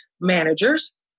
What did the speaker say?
managers